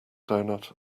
doughnut